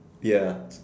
ya